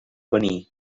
venir